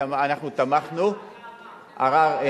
אנחנו תמכנו, היה ערר, ערר.